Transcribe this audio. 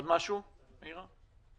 עוד משהו, מאירה?